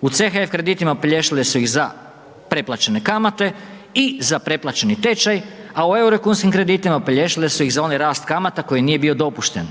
U CHF kreditima opelješile su ih za preplaćene kamate i za preplaćeni tečaj a u euro i kunskim kreditima opelješile su ih za onaj rast kamata koje nije bio dopušten.